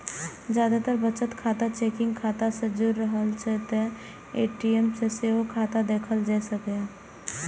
जादेतर बचत खाता चेकिंग खाता सं जुड़ रहै छै, तें ए.टी.एम सं सेहो खाता देखल जा सकैए